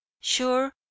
sure